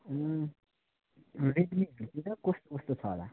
रेडमीतिर कस्तो कस्तो छ होला